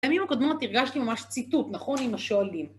הימים הקודמות הרגשתי ממש ציטוט נכון עם השואלים.